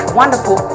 wonderful